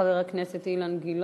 חבר הכנסת אילן גילאון.